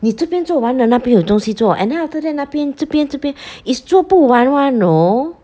你这边做完了那边还有东西做 and then after that 那边这边这边 is 做不完 one know